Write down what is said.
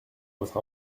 votre